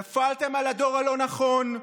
נפלתם על הדור הלא-נכון,